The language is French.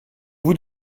bout